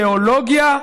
כשאין אידיאולוגיה,